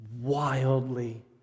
wildly